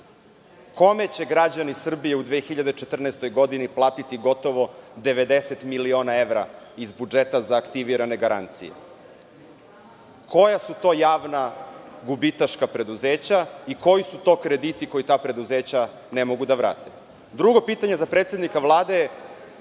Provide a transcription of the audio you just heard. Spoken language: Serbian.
kome će građani Srbije u 2014. godini platiti gotovo 90 miliona evra iz budžeta za aktivirane garancije? Koja su to javna gubitaška preduzeća i koji su to krediti koji ta preduzeća ne mogu da vrate? Drugo pitanje za predsednika Vlade je